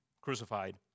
crucified